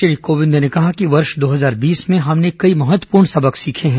श्री कोविंद ने कहा कि वर्ष दो हजार बीस में हमने कई महत्वपूर्ण सबक सीखे हैं